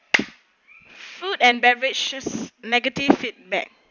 food and beverage beverages negative feedback